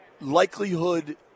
likelihood